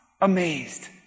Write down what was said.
amazed